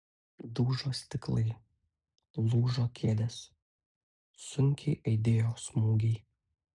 dužo stiklai lūžo kėdės sunkiai aidėjo smūgiai